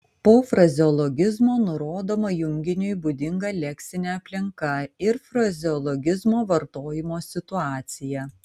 po frazeologizmo nurodoma junginiui būdinga leksinė aplinka ir frazeologizmo vartojimo situacija